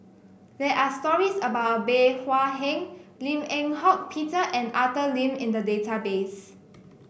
there are stories about Bey Hua Heng Lim Eng Hock Peter and Arthur Lim in the database